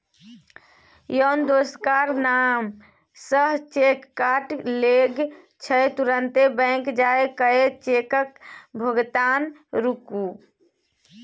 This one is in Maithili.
यौ दोसरक नाम सँ चेक कटा गेल छै तुरते बैंक जाए कय चेकक भोगतान रोकु